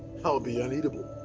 ah be unbelievable.